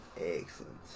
Excellent